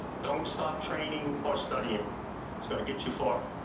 don't stop training or studying it's going to get you far